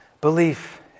belief